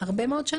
בעלות בין